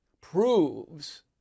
proves